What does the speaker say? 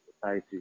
society